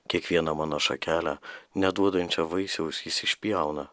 kiekvieną mano šakelę neduodančią vaisiaus jis išpjauna